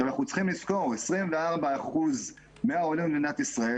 אנחנו צריכים לזכור ש-24% מהעולים למדינת ישראל